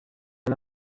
and